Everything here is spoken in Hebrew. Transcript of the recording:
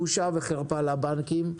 בושה וחרפה לבנקים.